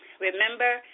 Remember